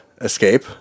escape